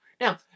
Now